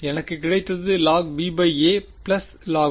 எனக்கு கிடைத்தது logba log